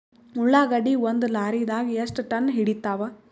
ಉಳ್ಳಾಗಡ್ಡಿ ಒಂದ ಲಾರಿದಾಗ ಎಷ್ಟ ಟನ್ ಹಿಡಿತ್ತಾವ?